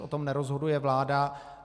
O tom nerozhoduje vláda.